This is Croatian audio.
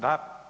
Da.